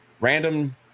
random